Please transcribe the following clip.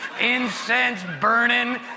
incense-burning